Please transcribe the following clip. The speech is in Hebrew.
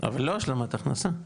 אבל לא השלמת הכנסה.